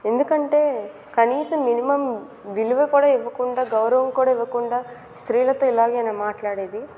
ఎందుకంటే కనీసం మినిమం విలువ కూడా ఇవ్వకుండా గౌరవం కూడా ఇవ్వకుండా స్త్రీలతో ఇలాగేన మాట్లాడేది